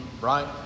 right